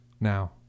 now